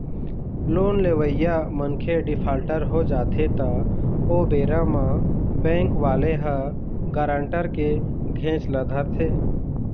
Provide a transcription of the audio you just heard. loan लेवइया मनखे defaulter हो जाथे त ओ बेरा म बेंक वाले ह गारंटर के घेंच ल धरथे